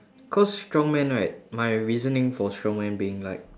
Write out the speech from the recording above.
cause strongman right my reasoning for strongman being like